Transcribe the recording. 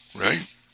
right